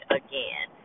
again